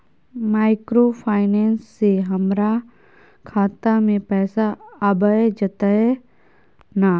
Microfinance से हमारा खाता में पैसा आबय जेतै न?